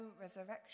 resurrection